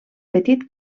petit